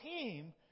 team